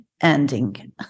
ending